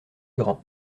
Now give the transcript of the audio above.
grand